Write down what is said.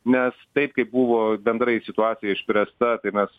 nes taip kaip buvo bendrai situacija išspręsta tai mes